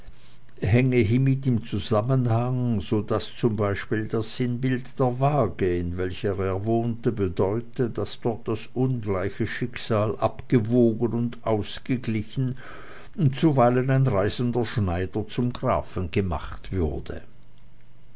hänge hiemit im zusammenhang so daß z b das sinnbild der waage in welcher er wohnte bedeute daß dort das ungleiche schicksal abgewogen und ausgeglichen und zuweilen ein reisender schneider zum grafen gemacht würde